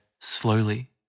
slowly